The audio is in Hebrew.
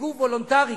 מגוף וולונטרי,